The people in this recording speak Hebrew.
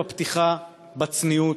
בפתיחה, הצניעות,